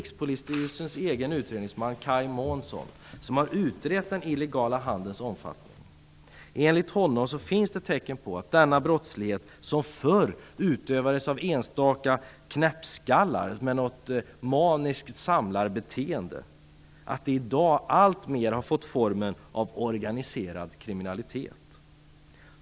Kaj Månsson, som har utrett den illegala handelns omfattning, finns det tecken på att denna brottslighet, som förr utövades av enstaka knäppskallar med något maniskt samlarbeteende, i dag alltmer har fått formen av organiserad kriminalitet.